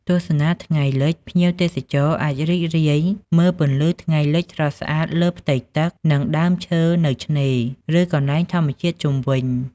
ទស្សនាថ្ងៃលិច ភ្ញៀវទេសចរអាចរីករាយមើលពន្លឺថ្ងៃលិចស្រស់ស្អាតលើផ្ទៃទឹក និងដើមឈើនៅឆ្នេរ ឬកន្លែងធម្មជាតិជុំវិញ។